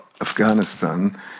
Afghanistan